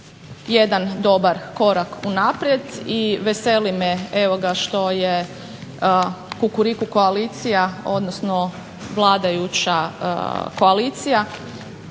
jedan dobar korak unaprijed i veseli me, evo ga što je Kukuriku koalicija, odnosno vladajuća koalicija